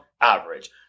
average